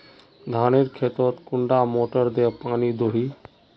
धानेर खेतोत कुंडा मोटर दे पानी दोही?